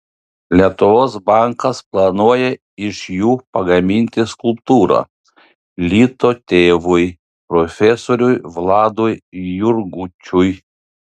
lietuvos bankas planuoja iš jų pagaminti skulptūrą lito tėvui profesoriui vladui jurgučiui